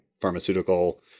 pharmaceutical